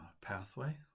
pathway